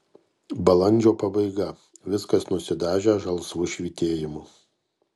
balandžio pabaiga viskas nusidažę žalsvu švytėjimu